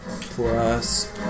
plus